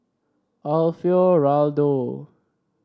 Alfio Raldo